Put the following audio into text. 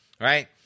Right